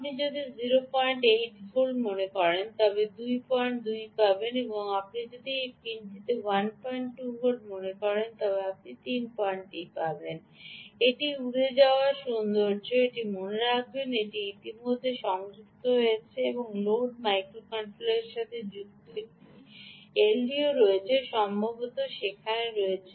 আপনি যদি ০৪ ভোল্ট করেন তবে আপনি 22 পাবেন আপনি যদি এই পিনটিতে 12 ভোল্ট করেন তবে আপনি 33 পাবেন এটি উড়ে যাওয়ার সৌন্দর্য এটি মনে রাখবেন এটি ইতিমধ্যে সংযুক্ত আছে এটি লোড মাইক্রো কন্ট্রোলারের সাথে যুক্ত একটি এলডিও রয়েছে সম্ভবত সেখানে রয়েছে